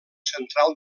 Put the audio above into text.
central